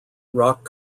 rock